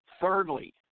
Thirdly